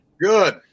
Good